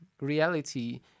reality